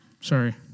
Sorry